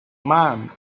man